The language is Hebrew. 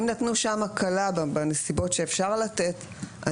אם נתנו שם הקלה בנסיבות שאפשר לתת,